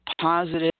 positive